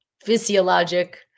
physiologic